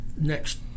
next